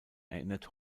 erinnert